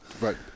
Right